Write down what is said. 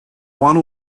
one